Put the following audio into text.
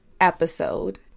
episode